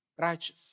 righteous